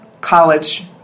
college